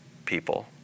people